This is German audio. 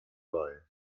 bei